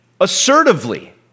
assertively